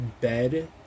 bed